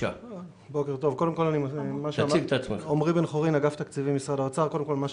אגף התקציבים, משרד האוצר.